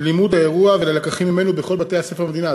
ללימוד האירוע וללקחים ממנו בכל בתי-הספר במדינה.